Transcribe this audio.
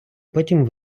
потім